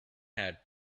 had